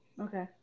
Okay